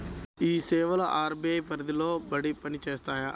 ఈ సేవలు అర్.బీ.ఐ పరిధికి లోబడి పని చేస్తాయా?